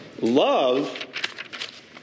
love